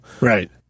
Right